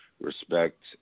respect